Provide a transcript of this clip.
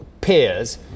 peers